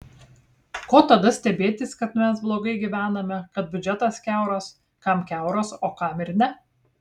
ko tada stebėtis kad mes blogai gyvename kad biudžetas kiauras kam kiauras o kam ir ne